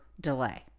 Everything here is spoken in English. delay